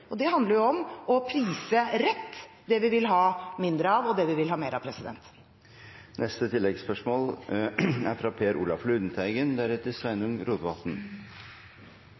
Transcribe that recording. Og det handler om å prise rett det vi vil ha mindre av, og det vi vil ha mer av. Per Olaf Lundteigen – til oppfølgingsspørsmål. Skatt er